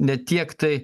ne tiek tai